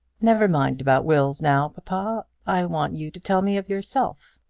never mind about wills now, papa. i want you to tell me of yourself.